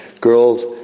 girls